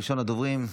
ראשון הדוברים,